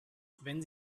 wenn